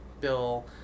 bill